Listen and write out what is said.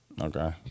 Okay